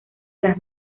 las